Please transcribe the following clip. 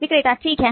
विक्रेता ठीक है